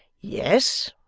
yes,